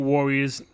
Warriors